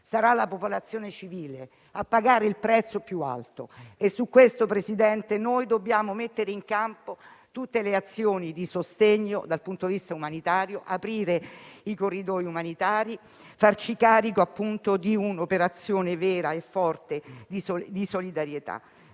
sarà la popolazione civile a pagare il prezzo più alto. Dobbiamo pertanto mettere in campo tutte le azioni di sostegno dal punto di vista umanitario: aprire i corridoi umanitari e farci carico di un'operazione vera e forte di solidarietà,